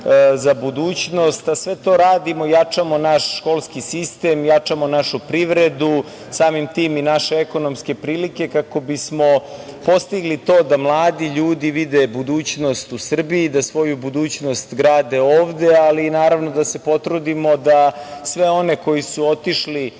za budućnost, a sve to radimo, jačamo naš školski sistem, jačamo našu privredu, samim tim i naše ekonomske prilike, kako bismo postigli to da mladi ljudi vide budućnost u Srbiji, da svoju budućnost grade ovde, ali i da se potrudimo da sve one koji su otišli